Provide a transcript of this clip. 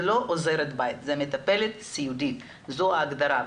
היא לא עוזרת בית, היא מטפלת סיעודית וזו ההגדרה.